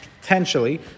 potentially